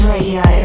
Radio